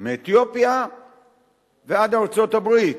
מאתיופיה ועד ארצות-הברית,